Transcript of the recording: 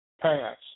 pass